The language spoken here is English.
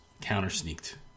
Counter-sneaked